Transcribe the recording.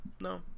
no